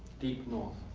deep north.